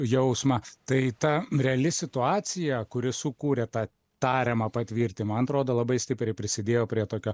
jausmą tai ta reali situacija kuri sukūrė tą tariamą patvirtimą man atrodo labai stipriai prisidėjo prie tokio